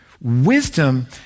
wisdom